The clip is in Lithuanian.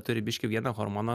turi biškį vieną hormoną